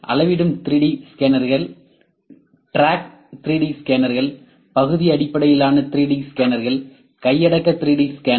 அளவிடும் 3டி ஸ்கேனர்கள் டிராக்ட் 3 டி ஸ்கேனர்கள் பகுதி அடிப்படையிலான 3 டி ஸ்கேனர்கள் கையடக்க 3டி ஸ்கேனர்